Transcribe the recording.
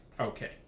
Okay